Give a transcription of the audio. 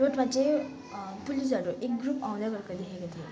रोडमा चाहिँ पुलिसहरू एक ग्रुप आउँदै गरेको देखेको थिएँ